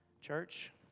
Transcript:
Church